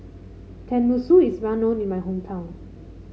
Tenmusu is well known in my hometown